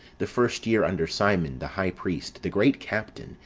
the first year under simon, the high priest, the great captain,